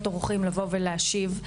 לא טורחים לבוא ולהשיב,